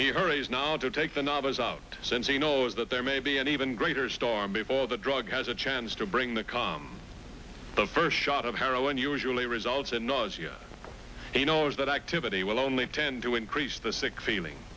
hurries now to take the novice out since he knows that there may be an even greater storm before the drug has a chance to bring the calm the first shot of heroin usually results in nausea he knows that activity will only tend to increase the sick feeling